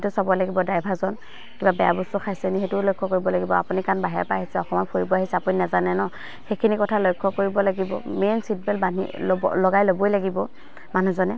সেইটো চাব লাগিব ড্ৰাইভাৰজন কিবা বেয়া বস্তু খাইছে নি সেইটোও লক্ষ্য কৰিব লাগিব আপুনি কাৰণ বাহিৰৰ পৰা আহিছে অসমত ফুৰিব আহিছে আপুনি নাজানে ন সেইখিনি কথা লক্ষ্য কৰিব লাগিব মেইন ছিট বেল্ট বান্ধি ল'ব লগাই ল'বই লাগিব মানুহজনে